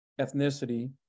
ethnicity